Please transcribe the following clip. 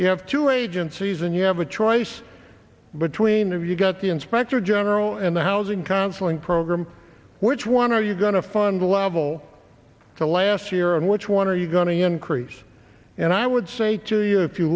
you have two agencies and you have a choice between if you got the inspector general and the housing counseling program which one are you going to fund level to last year and which one are you going to increase and i would say to you if you